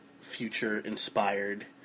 future-inspired